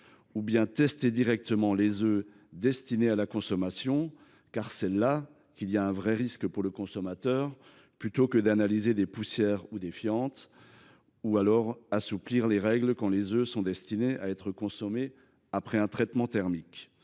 Bas, tester directement les œufs destinés à la consommation, car c’est là que se situe le véritable risque pour le consommateur, plutôt que d’analyser des poussières ou des fientes, ou encore assouplir les règles quand les œufs sont destinés à être consommés après un traitement thermique.